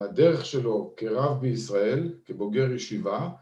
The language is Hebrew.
‫הדרך שלו כרב בישראל, ‫כבוגר ישיבה.